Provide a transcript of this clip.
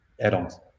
add-ons